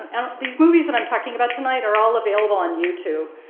and these movies that i'm talking about tonight are all available on youtube,